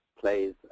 plays